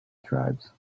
tribes